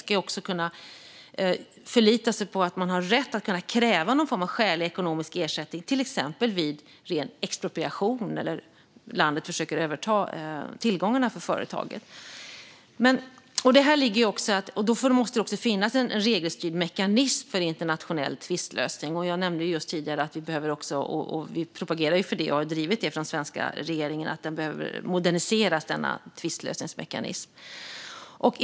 Det ska kunna förlita sig på att det har rätt att kunna kräva någon form av skälig ekonomisk ersättning, till exempel vid ren expropriation eller om landet försöker att överta tillgångarna för företaget. Det måste finnas en regelstyrd mekanism för internationell tvistlösning. Jag nämnde tidigare att vi propagerar för det. Vi har från den svenska regeringen drivit att denna tvistlösningsmekanism behöver moderniseras.